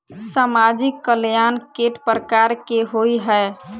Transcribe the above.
सामाजिक कल्याण केट प्रकार केँ होइ है?